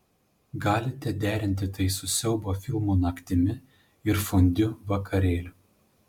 galite derinti tai su siaubo filmų naktimi ir fondiu vakarėliu